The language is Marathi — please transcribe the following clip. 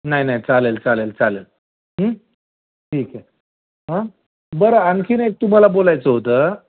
नाही नाही चालेल चालेल चालेल ठीक आहे बरं आणखी एक तुम्हाला बोलायचं होतं